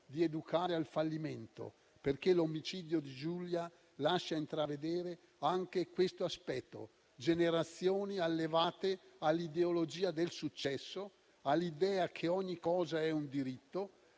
di educare al fallimento. L'omicidio di Giulia lascia intravedere anche questo aspetto: generazioni allevate all'ideologia del successo, all'idea che ogni cosa è un diritto;